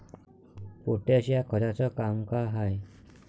Potash या खताचं काम का हाय?